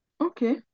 Okay